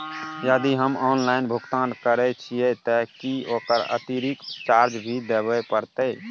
यदि हम ऑनलाइन भुगतान करे छिये त की ओकर अतिरिक्त चार्ज भी देबे परतै?